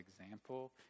example